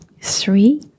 Three